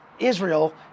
Israel